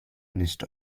nicht